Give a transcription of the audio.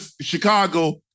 Chicago